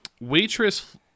waitress